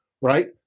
right